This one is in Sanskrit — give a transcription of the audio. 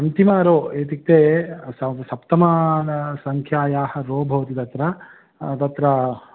अन्तिमं रो इत्युक्ते सप् सप्तम सङ्ख्यायाः रो भवति तत्र तत्र